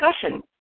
discussion